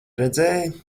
redzēji